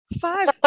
Five